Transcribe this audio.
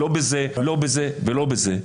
לא בזה, לא בזה ולא בזה.